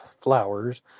Flowers